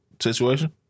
Situation